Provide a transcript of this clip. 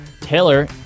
Taylor